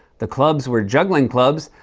the clubs were juggling clubs.